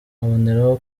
aboneraho